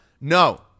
No